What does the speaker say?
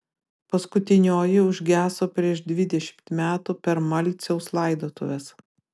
paskutinioji užgeso prieš dvidešimt metų per malciaus laidotuves